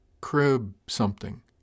crib-something